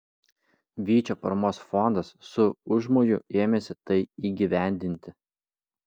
vyčio paramos fondas su užmoju ėmėsi tai įgyvendinti